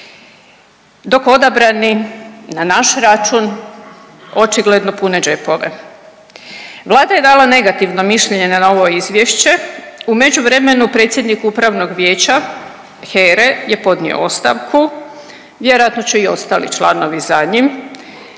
dok odabrani na naš račun očigledno pune džepove. Vlada je dala negativno mišljenje na ovo izvješće, u međuvremenu predsjednik upravnog vijeća HERA-e je podnio ostavku, vjerojatno će i ostali članovi za njim